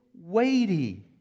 weighty